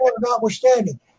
notwithstanding